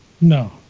No